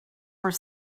were